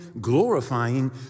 glorifying